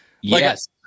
Yes